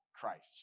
Christ